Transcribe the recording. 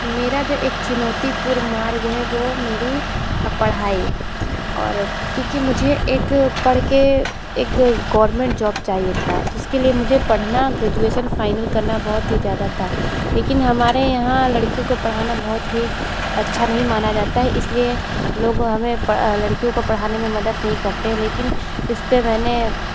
मेरा जो एक चुनौतीपूर्व मार्ग है वो मेरी पढ़ाई और क्योंकि मुझे एक पढ़ के एक गवर्नमेंट जॉब चाहिए था जिसके लिए मुझे पढ़ना ग्रेजुएसन फाइनल करना बहुत ही ज़्यादा था लेकिन हमारे यहाँ लड़कियों को पढ़ाना बहुत ही अच्छा नहीं माना जाता है इसलिए लोगों हमें लड़कियों प को पढ़ाने में मदद नहीं करते लेकिन इस पे मैंने